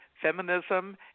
Feminism